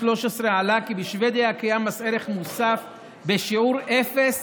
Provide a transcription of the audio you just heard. עלה כי בשבדיה קיים מס ערך מוסף בשיעור אפס